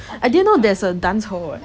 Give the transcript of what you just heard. I didn't know there's a dance hall